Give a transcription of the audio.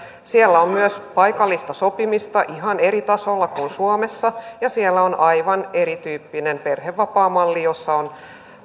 siellä on myös paikallista sopimista ihan eri tasolla kuin suomessa ja siellä on aivan erityyppinen perhevapaamalli jossa